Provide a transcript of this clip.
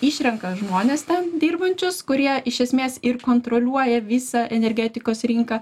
išrenka žmones ten dirbančius kurie iš esmės ir kontroliuoja visą energetikos rinką